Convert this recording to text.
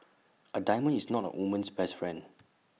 A diamond is not A woman's best friend